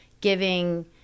giving